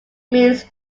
means